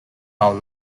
how